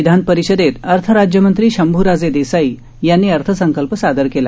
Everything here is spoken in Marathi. विधानपरिषदेत अर्थ राज्यमंत्री शंभ्राजे देसाई यांनी अर्थसंकल्प सादर केला